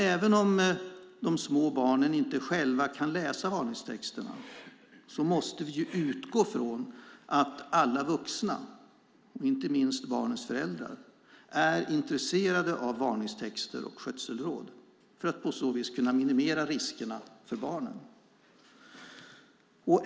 Även om de små barnen inte själva kan läsa varningstexterna måste vi utgå från att alla vuxna och inte minst barnens föräldrar är intresserade av varningstexter och skötselråd för att på så vis kunna minimera riskerna för barnen.